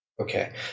Okay